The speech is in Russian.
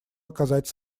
оказать